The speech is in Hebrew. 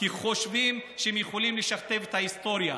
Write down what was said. כי הם חושבים שהם יכולים לשכתב את ההיסטוריה.